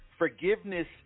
Forgiveness